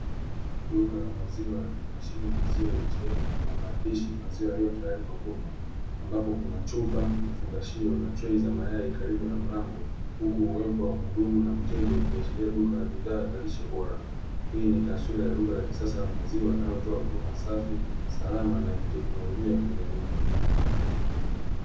Duka la maziwa lenye mashine ya maziwa ya "ATM" na maandishi "maziwa yaliyo tayari kwa kunywa", ambapo kuna chupa, vifungashio na trei za mayai karibu na mlango, huku uwepo wa mhudumu na mteja ikiashiria duka la bidhaa za lishe bora. Hii ni taswira ya duka la kisasa la maziwa linalotoa huduma safi, salama na teknolojia kwa jamii.